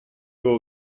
его